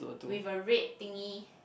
with a red thingy